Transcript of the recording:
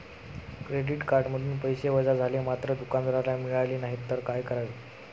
Credit कार्डमधून पैसे वजा झाले मात्र दुकानदाराला मिळाले नाहीत तर काय करावे?